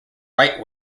right